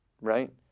right